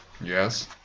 Yes